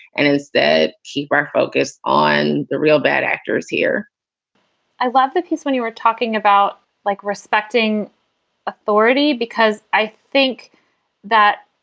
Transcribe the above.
and is that keep our focus on the real bad actors here i love the piece when you were talking about, like, respecting authority, because i think that.